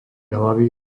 hlavy